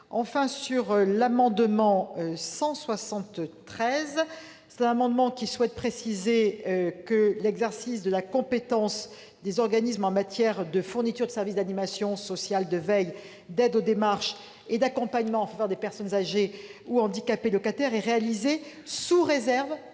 Enfin, les auteurs de l'amendement n° 173 souhaitent indiquer que l'exercice de la compétence des organismes en matière de fourniture de services d'animation sociale, de veille, d'aide aux démarches et d'accompagnement en faveur des personnes âgées ou handicapées locataires est réalisé sous réserve